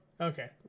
okay